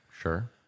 sure